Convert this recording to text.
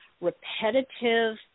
repetitive